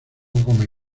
come